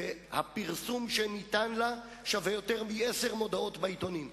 והפרסום שניתן לה שווה יותר מעשר מודעות בעיתונים.